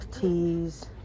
teas